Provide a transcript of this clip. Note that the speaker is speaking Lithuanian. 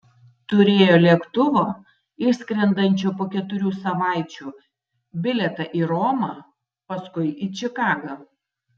turėjo lėktuvo išskrendančio po keturių savaičių bilietą į romą paskui į čikagą